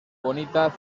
bonita